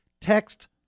text